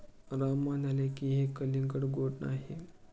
राम म्हणाले की, हे कलिंगड गोड नाही